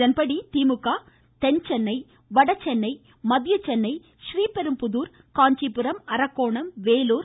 இதன்படி திமுக தென்சென்னை வடசென்னை மத்திய சென்னை றீபெரும்புதூர் காஞ்சிபுரம் அரக்கோணம் வேலூர்